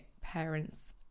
parents